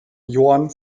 joan